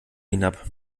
hinab